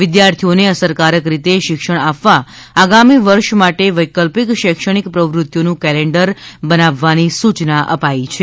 વિદ્યાર્થીઓને અસરકારક રીતે શિક્ષણ આપવા આગામી વર્ષ માટે વૈકલ્પિક શૈક્ષણિક પ્રવૃત્તિઓનું કેલેન્ડર બનાવવાની સૂચના અપાઈ છે